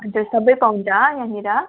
अन्त सबै पाउँछ यहाँनिर